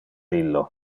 illo